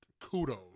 Kudos